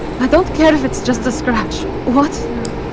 i don't care if it's just a scratch, what?